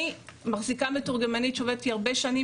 אני מחזיקה מתורגמנית שעובדת איתי הרבה שנים,